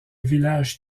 village